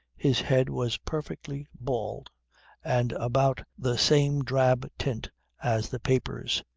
his head was perfectly bald and about the same drab tint as the papers.